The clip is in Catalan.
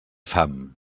fam